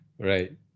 Right